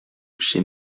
chez